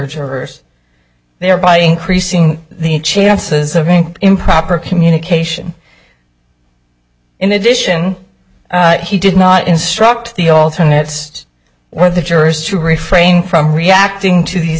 jurors thereby increasing the chances of being improper communication in addition he did not instruct the alternatives were the jurors to refrain from reacting to these